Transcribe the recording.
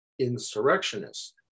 insurrectionist